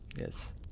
yes